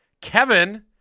Kevin